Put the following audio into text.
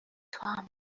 توام